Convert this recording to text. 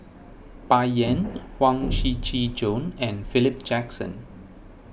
Bai Yan Huang Shiqi Joan and Philip Jackson